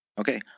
Okay